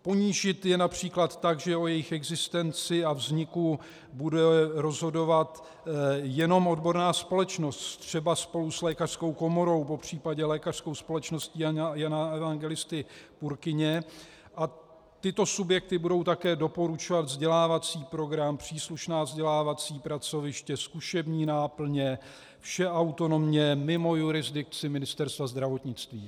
Ponížit je například tak, že o jejich existenci a vzniku bude rozhodovat jenom odborná společnost třeba spolu s lékařskou komorou, popřípadě Lékařskou společností Jana Evangelisty Purkyně, a tyto subjekty budou také doporučovat vzdělávací program, příslušná vzdělávací pracoviště, zkušební náplně, vše autonomně, mimo jurisdikci Ministerstva zdravotnictví.